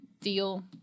deal